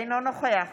אינו נוכח